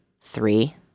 three